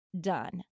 done